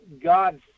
God